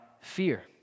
fear